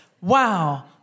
Wow